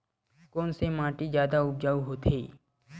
कोन से माटी जादा उपजाऊ होथे?